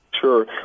Sure